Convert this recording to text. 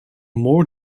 more